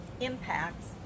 impacts